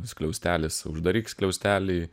skliaustelis uždaryk skliaustelį